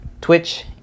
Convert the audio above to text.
Twitch